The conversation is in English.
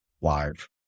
live